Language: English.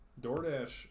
DoorDash